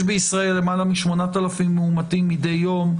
יש בישראל למעלה מ-8,000 מאומתים מידי יום,